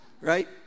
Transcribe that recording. Right